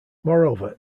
moreover